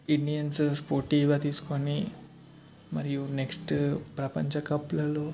Indians స్పోర్టివ్గా తీసుకుని మరియు నెక్స్ట్ ప్రపంచకప్లలో